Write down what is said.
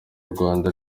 rwanda